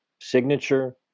signature